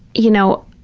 you know,